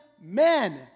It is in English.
men